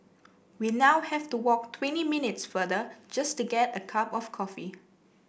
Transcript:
we now have to walk twenty minutes farther just to get a cup of coffee